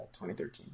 2013